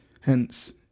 hence